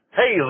Hey